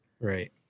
Right